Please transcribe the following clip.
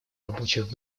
рабочих